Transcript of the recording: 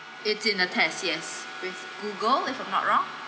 it's in a test yes with google if I'm not wrong